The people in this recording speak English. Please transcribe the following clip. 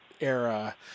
era